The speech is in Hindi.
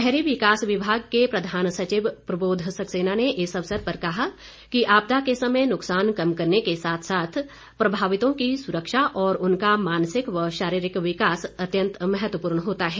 शहरी विकास विभाग के प्रधान सचिव प्रबोध सक्सेना ने इस अवसर पर कहा कि आपदा के समय नुकसान कम करने के साथ साथ प्रभावितों की सुरक्षा और उनका मानसिक व शारीरिक विकास अत्यंत महत्वपूर्ण होता है